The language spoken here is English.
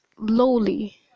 Lowly